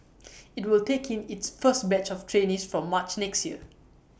IT will take in its first batch of trainees from March next year